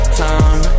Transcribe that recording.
time